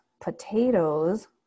potatoes